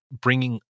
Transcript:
bringing